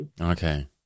Okay